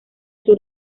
sur